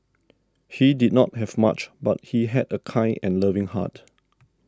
he did not have much but he had a kind and loving heart